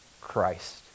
Christ